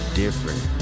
different